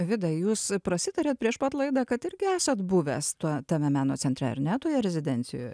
vidai jūs prasitarėt prieš pat laidą kad irgi esat buvęs tuo tame meno centre ar ne toje rezidencijoj